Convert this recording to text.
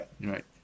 Right